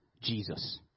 Jesus